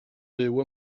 byw